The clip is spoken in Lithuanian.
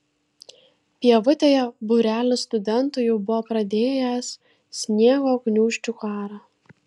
pievutėje būrelis studentų jau buvo pradėjęs sniego gniūžčių karą